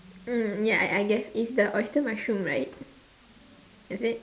mm ya I I guess it's the oyster mushroom right is it